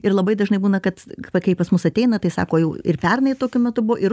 ir labai dažnai būna kad va kai pas mus ateina tai sako jau ir pernai tokiu metu buvo ir